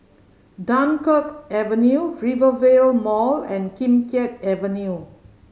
Dunkirk Avenue Rivervale Mall and Kim Keat Avenue